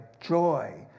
joy